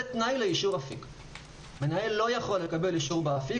זה תנאי לאישור אפיק,